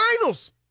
finals